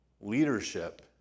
leadership